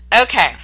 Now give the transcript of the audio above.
Okay